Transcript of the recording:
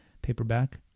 paperback